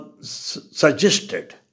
Suggested